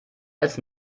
als